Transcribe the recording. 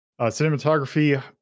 cinematography